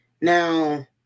Now